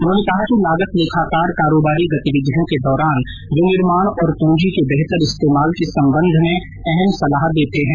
उन्होंने कहा कि लागत लेखाकार कारोबारी गतिविधियों के दौरान विनिर्माण और पूंजी के बेहतर इस्तेमाल के संबंध में अहम सलाह देते हैं